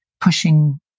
pushing